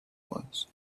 was